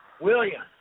William